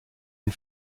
une